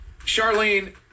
Charlene